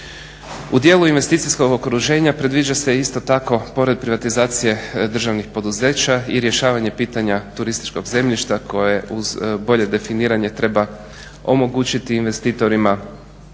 U dijelu investicijskog okruženja predviđa se isto tako pored privatizacije državnih poduzeća i rješavanje pitanje turističkog zemljišta koje uz bolje definiranje treba omogućiti investitorima